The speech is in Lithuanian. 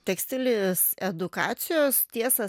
tekstilės edukacijos tiesą